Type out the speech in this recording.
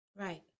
right